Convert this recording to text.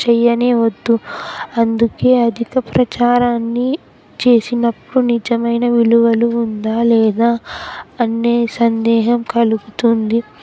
చెయ్యనే వద్దు అందుకే అధిక ప్రచారాన్ని చేసినప్పుడు నిజమైన విలువలు ఉందా లేదా అన్న సందేహం కలుగుతుంది